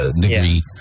degree